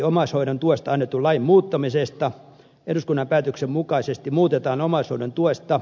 omaishoidon tuesta annettua lakia muutetaan omaishoidon tuesta